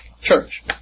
Church